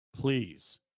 please